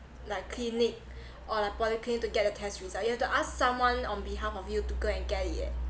like clinic or like polyclinic to get the test result you have to ask someone on behalf of you to go and get it eh